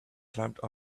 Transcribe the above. climbed